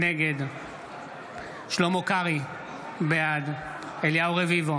נגד אריאל קלנר,